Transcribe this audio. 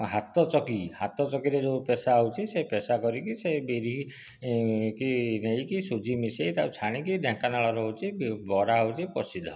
ହାତ ଚକି ହାତ ଚକିରେ ଯୋଉ ପେଷା ହେଉଛି ସେ ପେଷା କରିକି ସେ ବିରି କି ନେଇକି ସୁଝି ମିଶାଇ ତାକୁ ଛାଣିକି ଢେ଼ଙ୍କାନାଳର ହେଉଛି ବରା ହେଉଛି ପ୍ରସିଦ୍ଧ